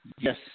Yes